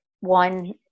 one